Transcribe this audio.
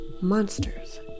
monsters